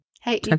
hey